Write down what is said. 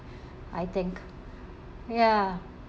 I think ya